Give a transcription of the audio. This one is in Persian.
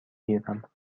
گیرم